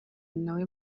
nawe